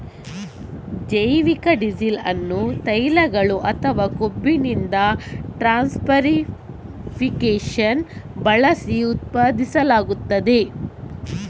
ಜೈವಿಕ ಡೀಸೆಲ್ ಅನ್ನು ತೈಲಗಳು ಅಥವಾ ಕೊಬ್ಬಿನಿಂದ ಟ್ರಾನ್ಸ್ಸೆಸ್ಟರಿಫಿಕೇಶನ್ ಬಳಸಿ ಉತ್ಪಾದಿಸಲಾಗುತ್ತದೆ